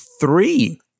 three